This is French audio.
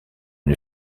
une